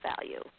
value